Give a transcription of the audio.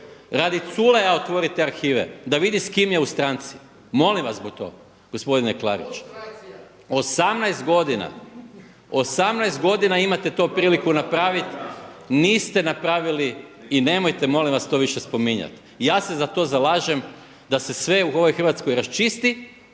Radi Culeja otvorite arhive, da vidi s kim je u stranci. Molim vas to gospodine Klarić. 18 godina, 18 godina imate to priliku napraviti, niste napravili i nemojte molim vas to više spominjati. Ja se za to zalažem da se sve u ovoj Hrvatskoj raščisti,